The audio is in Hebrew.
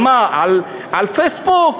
על מה, על פייסבוק.